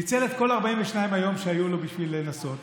הוא ניצל את כל 42 הימים שהיו לו כדי לנסות,